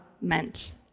meant